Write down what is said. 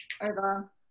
over